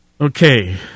Okay